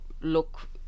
look